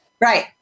Right